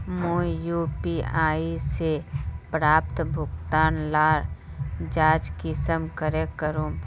मुई यु.पी.आई से प्राप्त भुगतान लार जाँच कुंसम करे करूम?